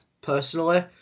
personally